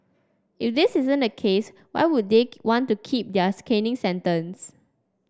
if this isn't the case why would they want to keep theirs caning sentence